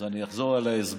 אז אני אחזור על ההסבר,